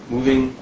Moving